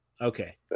Okay